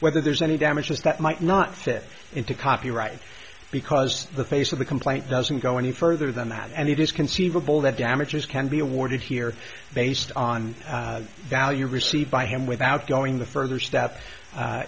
whether there's any damages that might not fit into copyright because the face of the complaint doesn't go any further than that and it is conceivable that damages can be awarded here based on values received by him without going the further s